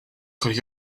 could